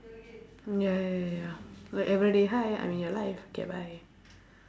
ya ya ya ya like everyday hi I'm in your life K bye